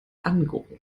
angucken